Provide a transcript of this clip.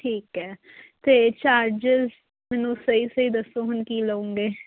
ਠੀਕ ਹੈ ਅਤੇ ਚਾਰਜਸ ਮੈਨੂੰ ਸਹੀ ਸਹੀ ਦੱਸੋ ਹੁਣ ਕੀ ਲਉਂਗੇ